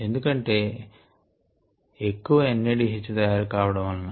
ఎందుకంటే ఎక్కువ NADH తయారవడం వలన